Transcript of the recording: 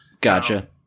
Gotcha